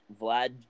Vlad